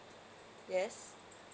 yes